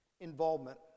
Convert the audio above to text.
involvement